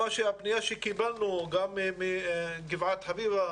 קיבלנו פנייה גם מגבעת חביבה,